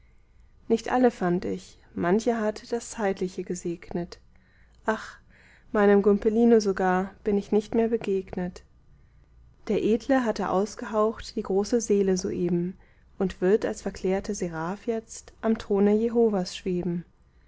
nicht alle fand ich mancher hat das zeitliche gesegnet ach meinem gumpelino sogar bin ich nicht mehr begegnet der edle hatte ausgehaucht die große seele soeben und wird als verklärter seraph jetzt am throne jehovas schweben